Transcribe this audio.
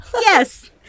Yes